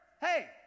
Hey